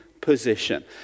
position